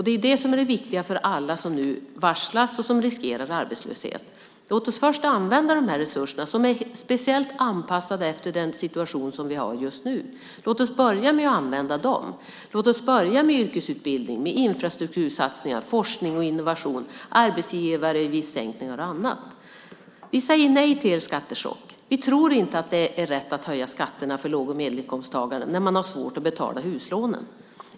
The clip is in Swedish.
Det är det som är det viktiga för alla som nu varslas och riskerar arbetslöshet. Låt oss först använda de här resurserna som är speciellt anpassade efter den situation vi har just nu. Låt oss börja med yrkesutbildning, infrastruktursatsningar, forskning, innovation, arbetsgivaravgiftssänkningar och annat. Vi säger nej till er skattechock. Vi tror inte att det är rätt att höja skatterna för låg och medelinkomsttagare när de har svårt att betala huslånen.